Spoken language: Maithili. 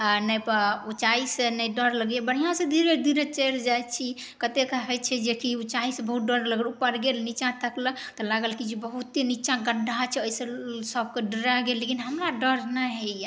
आ नहि उँचाइ नहि डर लगैए बढ़िऑं सऽ धीरे धीरे चढ़ि जाइ छी कत्तेके होइ छै जे कि उँचाइ से बहुत डर लगल उपर गेल निच्चा तकलक तऽ लागल कि जे बहुते निच्चा गड्ढा छै ओहि सऽ सब कोइ डरा गेल लेकिन हमरा डर नहि होइए